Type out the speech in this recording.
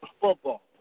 football